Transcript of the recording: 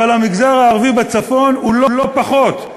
אבל המגזר הערבי בצפון הוא לא פחות.